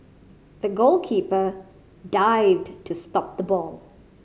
the goalkeeper dived to stop the ball